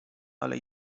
ale